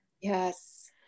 Yes